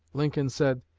lincoln said,